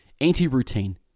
Anti-routine